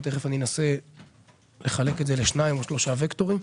ותכף אני אנסה לחלק את זה לשניים או שלושה וקטורים.